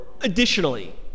additionally